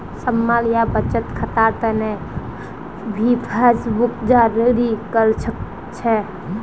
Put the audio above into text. small या बचत खातार तने भी पासबुकक जारी कर छे